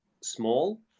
small